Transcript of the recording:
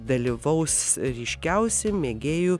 dalyvaus ryškiausi mėgėjų